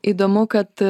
įdomu kad